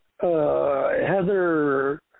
Heather